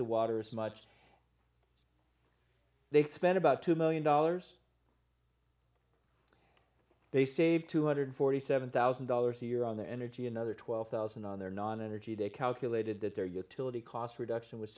the water as much they spent about two million dollars they saved two hundred and forty seven thousand dollars a year on the energy another twelve thousand dollars on their non energy they calculated that their utility cost reduction was